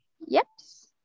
Yes